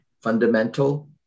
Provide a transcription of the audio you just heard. fundamental